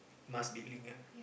must be linked [aj]